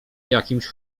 jakimś